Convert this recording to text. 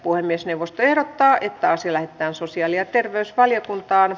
puhemiesneuvosto ehdottaa että asia lähetetään sosiaali ja terveysvaliokuntaan